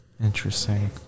Interesting